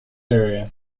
area